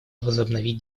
возобновить